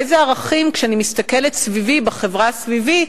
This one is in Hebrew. איזה ערכים, כשאני מסתכלת בחברה סביבי,